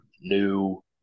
new